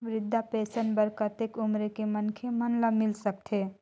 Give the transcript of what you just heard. वृद्धा पेंशन बर कतेक उम्र के मनखे मन ल मिल सकथे?